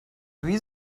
wie